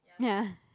ya